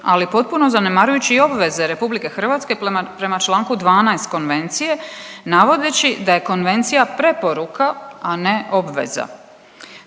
ali i potpuno zanemarujući obveze Republike Hrvatske prema članku 12. Konvencije navodeći da je konvencija preporuka a ne obveza.